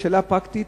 ושאלה פרקטית,